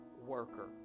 worker